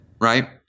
right